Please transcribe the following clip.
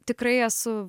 tikrai esu